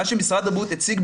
מה שמשרד הבריאות הציג,